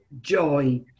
joy